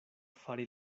fari